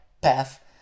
path